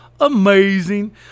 amazing